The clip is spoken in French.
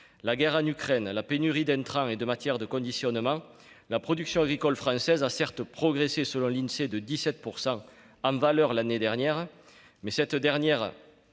la guerre en Ukraine, la pénurie d'intrants et de matière de conditionnement, la production agricole française a certes progressé, selon l'Insee, de 17 % en valeur l'année dernière, mais, derrière